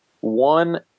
one